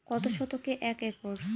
কত শতকে এক একর?